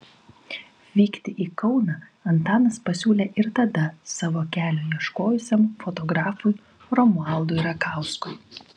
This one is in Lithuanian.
vykti į kauną antanas pasiūlė ir tada savo kelio ieškojusiam fotografui romualdui rakauskui